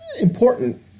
important